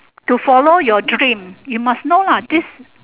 to follow your dream you must know lah this